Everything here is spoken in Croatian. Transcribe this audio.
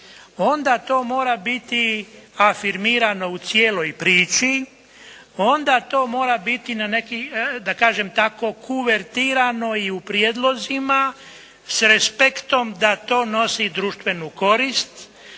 onda to mora biti afirmirano u cijeloj priči. Onda to mora biti na neki da kažem tako kuvertirano i u prijedlozima s respektom da to nosi društvenu korist.